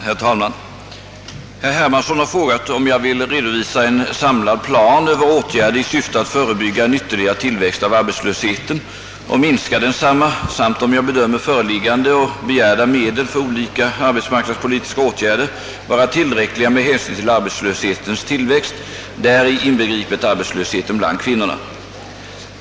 Herr talman! Herr Hermansson har frågat, om jag vill redovisa en samlad plan över åtgärder i syfte att förebygga en ytterligare tillväxt av arbetslösheten och minska densamma samt om jag bedömer föreliggande och begärda medel för olika arbetsmarknadspolitiska åtgärder vara tillräckliga med hänsyn till arbetslöshetens tillväxt, däri inbegripet arbetslösheten bland kvinnorna.